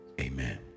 amen